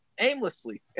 aimlessly